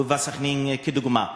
הובאה סח'נין כדוגמה.